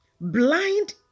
blind